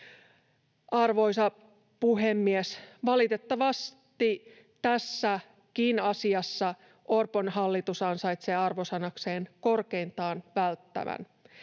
Arvoisa puhemies! Valitettavasti tässäkin asiassa Orpon hallitus ansaitsee arvosanakseen korkeintaan välttävän.